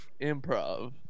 improv